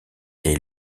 est